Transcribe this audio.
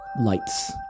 lights